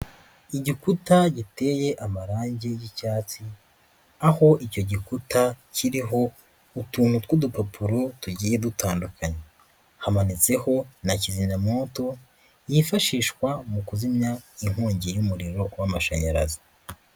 Igikuta giteye amarangi y'icyatsi, aho icyo gikuta kiriho utuntu tw'udupapuro tugiye dutandukanye, hamanitsweho na kizimyamowoto yifashishwa mu kuzimya inkongi y'umuriro w'amashanyarazi.